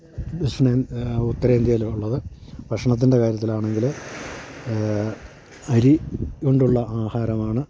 ദഷിണേന്ത്യ ഉത്തരേന്ത്യയിൽ ഉള്ളത് ഭക്ഷണത്തിൻ്റെ കാര്യത്തിലാണെങ്കിൽ അരികൊണ്ടുള്ള ആഹാരമാണ്